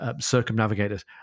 circumnavigators